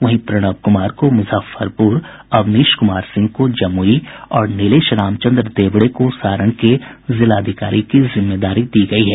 वहीं प्रणव कुमार को मुजफ्फरपुर अवनीश कुमार सिंह को जमुई और निलेश रामचन्द्र देवड़े को सारण के जिलाधिकारी की जिम्मेदारी दी गयी है